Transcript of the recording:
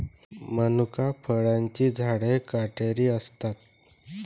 मनुका फळांची झाडे काटेरी असतात